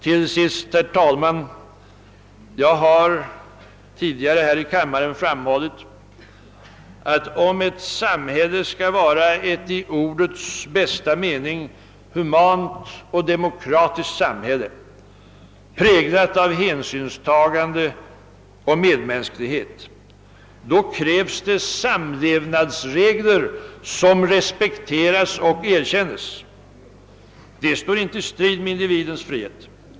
Till sist, herr talman: Jag har tidigare här i kammaren framhållit att om ett samhälle skall vara ett i ordets bästa mening humant och demokratiskt samhälle, präglat av hänsynstagande och medmänsklighet, då krävs det samlevnadsregler som respekteras och erkännes. Det står inte i strid med individens frihet.